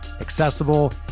accessible